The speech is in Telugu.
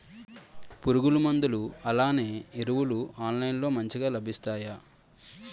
పురుగు మందులు అలానే ఎరువులు ఆన్లైన్ లో మంచిగా లభిస్తాయ?